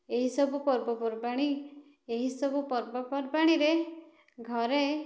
ଏହିସବୁ ପର୍ବପର୍ବାଣି ଏହିସବୁ ପର୍ବପର୍ବାଣିରେ ଘରେ